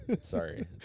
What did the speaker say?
Sorry